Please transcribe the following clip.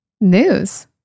News